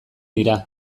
dira